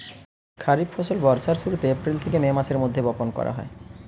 খরিফ ফসল বর্ষার শুরুতে, এপ্রিল থেকে মে মাসের মধ্যে বপন করা হয়